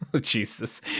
Jesus